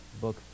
Book